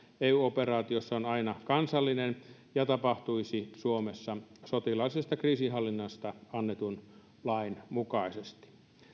eu operaatiossa on aina kansallinen ja tapahtuisi suomessa sotilaallisesta kriisinhallinnasta annetun lain mukaisesti